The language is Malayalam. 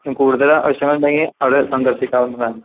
കൂടുതൽ ആവശ്യങ്ങൾ ഉണ്ടെങ്കിൽ അവിടെ സന്ദർശിക്കാവുന്നതാണ്